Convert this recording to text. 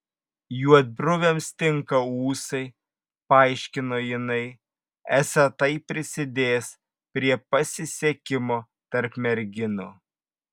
juodbruviams tinka ūsai paaiškino jinai esą tai prisidės prie pasisekimo tarp merginų